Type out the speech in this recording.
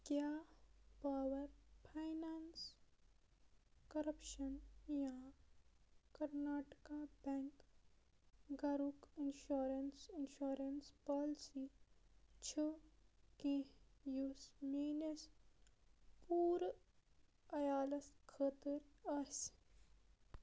کیٛاہ power finance corporation یا Karnataka bank گَرُک اِنشورینٕس اِنشورینٕس پالسی چھِ کیٚنٛہہ یُس میٛٲنِس پوٗرٕ عیالَس خٲطرٕ آسہِ